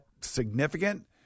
significant